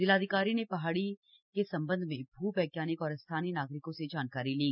जिलाधिकारी ने पहाड़ी के सम्बन्ध में भू वैज्ञानिक और स्थानीय नागरिकों से जानकारी ली